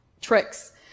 tricks